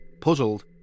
puzzled